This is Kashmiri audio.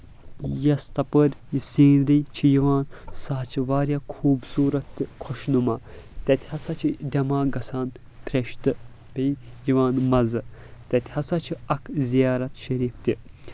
یۄس تَپٲرۍ یہِ سینری چھِ یِوان سۄ حظ چھےٚ واریاہ خوٗبصوٗرَت تہٕ خوشنُما تَتہِ ہسا چھ دٮ۪ماغ گژھان فریٚش تہٕ بیٚیہِ یِوان مَزٕ تَتہٕ ہسا چھ اکھ زِیارَت شریٖف تہِ